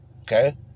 Okay